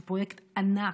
זה פרויקט ענק,